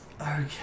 Okay